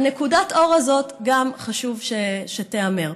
נקודת האור הזאת, חשוב שתיאמר.